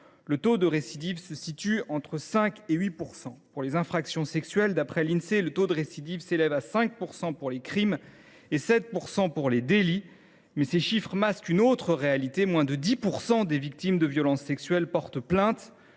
le taux de récidive se situe entre 5 % et 8 %. Pour les infractions sexuelles, d’après l’Insee, le taux de récidive s’élève à 5 % pour les crimes et à 7 % pour les délits. Ces chiffres masquent toutefois une autre réalité : moins de 10 % des victimes de violences sexuelles portent plainte.